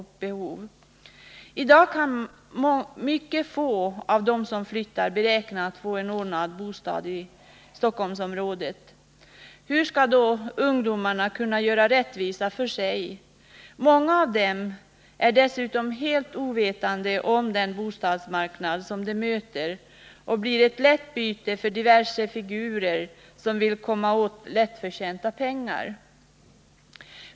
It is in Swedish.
I dag kan mycket få av dem som flyttar räkna med att få en ordnad bostad i Stockholmsområdet. Hur skall då ungdomarna kunna göra sig själva rättvisa? Många av dem är dessutom helt ovetande om den bostadsmarknad som de möter och blir ett lätt byte för diverse figurer som vill komma åt lättförtjänta pengar.